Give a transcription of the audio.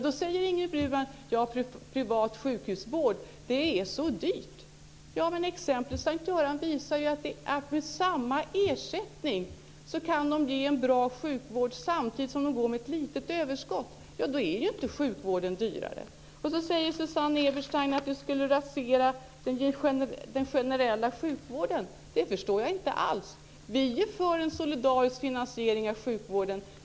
Då säger Ingrid Burman att privat sjukhusvård är så dyrt. Exemplet St:Görans sjukhus visade på att med samma ersättning kan det ge en bra sjukvård samtidigt som det går med ett litet överskott. Då är ju inte sjukvården dyrare. Susanne Eberstein säger att det skulle rasera den generella sjukvården. Det förstår jag inte alls. Vi är för en solidarisk finansiering av sjukvården.